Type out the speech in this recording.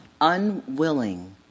unwilling